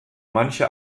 manche